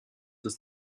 des